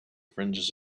fringes